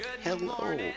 Hello